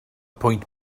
pwynt